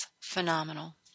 phenomenal